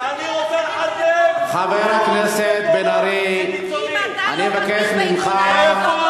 אני רוצה, תסתכל, חבר הכנסת בן-ארי, אני מבקש ממך,